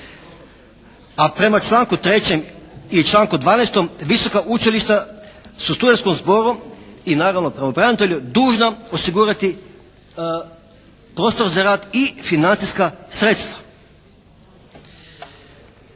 A prema članku 3. i članku 12. visoka učilišta su studentskom zboru i naravno pravobranitelju dužna osigurati prostor za rad i financijska sredstva.